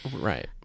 right